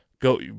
go